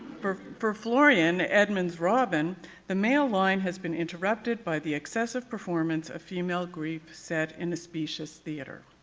for for florian, edmund's robin the male line has been interrupted by the excessive performance a female grief set in a specious theater.